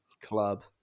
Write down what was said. Club